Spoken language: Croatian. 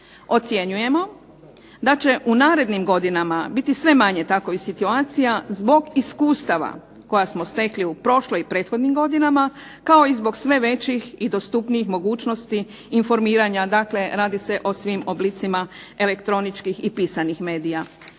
Ocjenjujemo da će u narednim godinama biti sve manje takovih situacija zbog iskustava koja smo stekli u prošloj i prethodnim godinama, kao zbog sve većih i dostupnijih mogućnosti informiranja, dakle radi se o svim oblicima elektroničkih i pisanih medija.